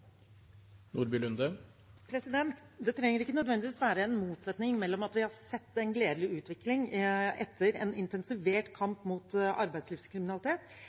Det trenger ikke nødvendigvis være en motsetning i at vi har sett en gledelig utvikling etter en intensivert kamp mot arbeidslivskriminalitet,